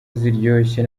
ziryoshye